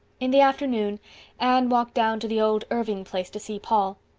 in the afternoon anne walked down to the old irving place to see paul.